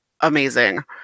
amazing